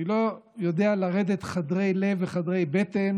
אני לא יודע לרדת חדרי לב וחדרי בטן